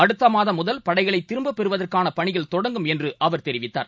அடுத்தமாதம் முதல் படைகளைதிரும்பபெறுவதற்கானபணிகள் தொடங்கும் என்றுஅவர் தெரிவித்தார்